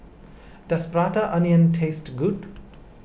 does Prata Onion taste good